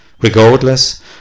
regardless